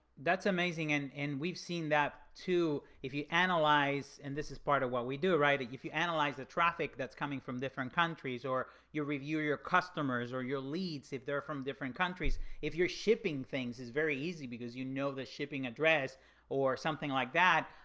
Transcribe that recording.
that's amazing and and we've seen that too, if you analyze. and this is part of what we do, right? if you analyze the traffic that's coming from different countries or you review your customers or your leads, if they're from different countries, if you're shipping things, it's very easy because you know the shipping address or something like that.